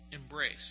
embrace